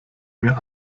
mir